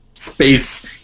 Space